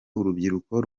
urubyiruko